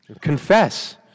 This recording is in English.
confess